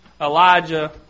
Elijah